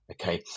Okay